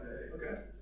Okay